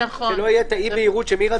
שלא תהיה את האי בהירות שמירה דיברה עליה קודם.